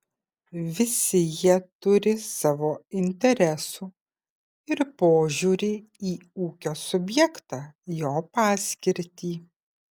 visi jie turi savo interesų ir požiūrį į ūkio subjektą jo paskirtį